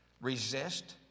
Resist